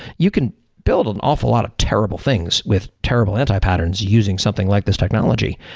you can build an awful lot of terrible things with terrible anti-patterns using something like this technology,